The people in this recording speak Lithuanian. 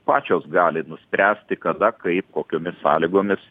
pačios gali nuspręsti kada kaip kokiomis sąlygomis